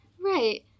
Right